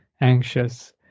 anxious